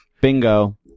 Bingo